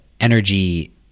energy